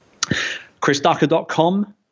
ChrisDucker.com